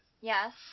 Yes